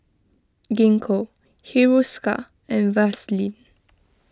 Gingko Hiruscar and Vaselin